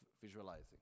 visualizing